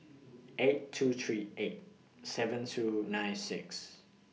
eight two three eight seven two nine six